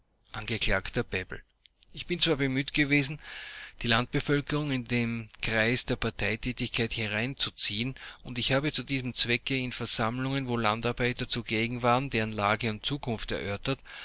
bebel ich bin zwar bemüht gewesen die landbevölkerung in den kreis der parteitätigkeit hereinzuziehen und habe zu diesem zwecke in versammlungen wo landarbeiter zugegen waren deren lage und zukunft erörtert